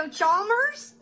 Chalmers